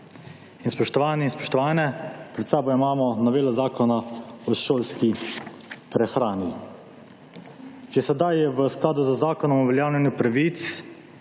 In spoštovane in spoštovani, pred sabo imamo novelo Zakona o šolski prehrani. Že sedaj je v skladu z Zakonom o uveljavljanju pravic